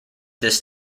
this